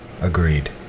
Agreed